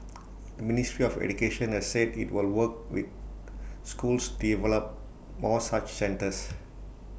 the ministry of education has said IT will work with schools to develop more such centres